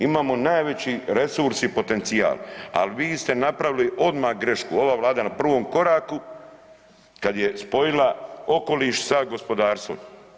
Imamo najveći resurs i potencijal ali vi ste napravili odmah grešku, ova Vlada je na prvom koraku kad je spojila okoliš sa gospodarstvom.